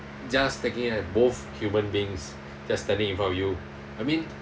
just taking it as both human beings just standing in front of you I mean